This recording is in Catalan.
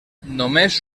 només